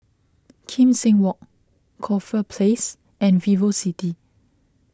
Kim Seng Walk Corfe Place and VivoCity